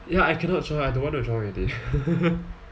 ya I cannot join I don't want to join already